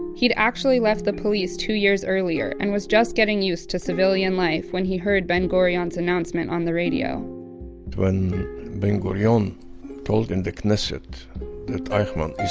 he'd actually left the police two years earlier, and was just getting used to civilian life when he heard ben gurion's announcement on the radio when ben gurion um told in the knesset that eichmann